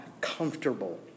comfortable